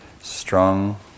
Strong